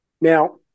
Now